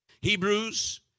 Hebrews